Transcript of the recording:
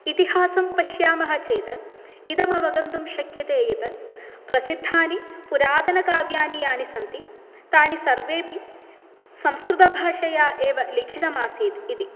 इतिहासं पश्यामः चेत् इदम् अवगन्तुं शक्यते यत् प्रसिद्धानि पुरातनकाव्यानि यानि सन्ति तानि सर्वेपि संस्कृतभाषया एव लिखितम् आसीत् इति